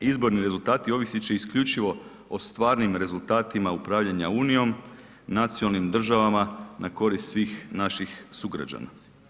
Izborni rezultati ovisit će isključivo o stvarnim rezultatima upravljanja unijom, nacionalnim državama na korist svih naših sugrađana.